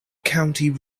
county